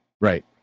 Right